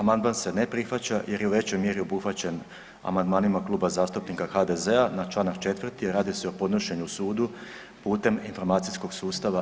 Amandman se ne prihvaća jer je u većoj mjeri obuhvaćen amandmanima Kluba zastupnika HDZ-a na čl. 4., a radi se o podnošenju sudu putem informacijskog sustava e-ovrha.